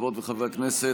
חברות וחברי הכנסת,